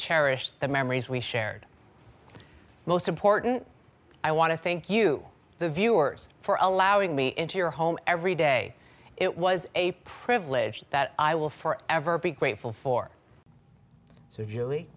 cherish the memories we shared most important i want to thank you the viewers for allowing me into your home every day it was a privilege that i will forever be grateful for